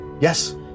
Yes